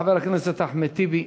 חבר הכנסת אחמד טיבי,